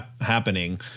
happening